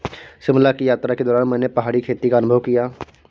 शिमला की यात्रा के दौरान मैंने पहाड़ी खेती का अनुभव किया